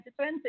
2020